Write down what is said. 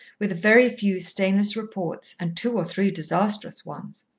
with very few stainless reports and two or three disastrous ones.